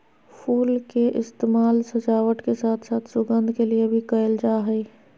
फुल के इस्तेमाल सजावट के साथ साथ सुगंध के लिए भी कयल जा हइ